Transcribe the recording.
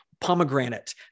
pomegranate